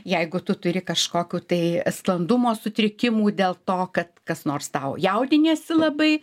jeigu tu turi kažkokių tai sklandumo sutrikimų dėl to kad kas nors tau jaudiniesi labai